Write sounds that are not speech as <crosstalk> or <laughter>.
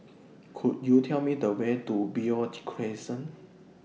Could YOU Tell Me The Way to Beo <noise> Crescent